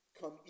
come